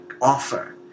offer